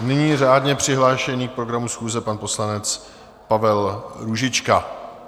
Nyní je řádně přihlášený k programu schůze pan poslanec Pavel Růžička.